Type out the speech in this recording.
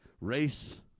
race